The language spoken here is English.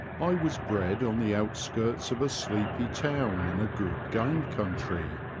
i was bred on the outskirts of a sleepy town in a good game country,